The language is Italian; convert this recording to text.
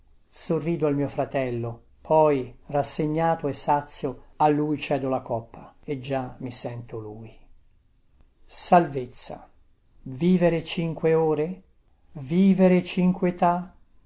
sorrido al mio fratello poi rassegnato e sazio a lui cedo la coppa e già mi sento lui questo testo è stato riletto e controllato salvezza vivere cinque ore vivere cinque età